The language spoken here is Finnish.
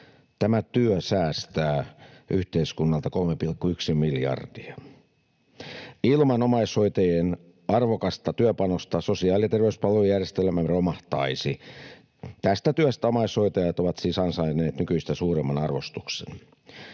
Tämä työ säästää yhteiskunnalta 3,1 miljardia. Ilman omaishoitajien arvokasta työpanosta sosiaali- ja terveyspalvelujärjestelmä romahtaisi. Tästä työstä omaishoitajat ovat siis ansainneet nykyistä suuremman arvostuksen.